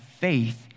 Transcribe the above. faith